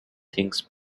things